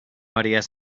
harías